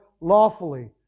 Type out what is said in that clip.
lawfully